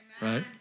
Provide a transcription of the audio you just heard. Right